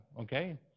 okay